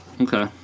Okay